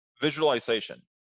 visualization